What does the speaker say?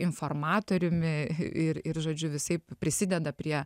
informatoriumi ir ir žodžiu visaip prisideda prie